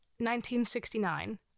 1969